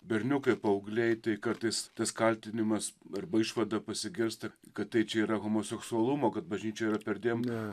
berniukai paaugliai tai kartais tas kaltinimas arba išvada pasigirsta kad tai čia yra homoseksualumo kad bažnyčia yra perdėm ne